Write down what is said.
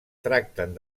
tracten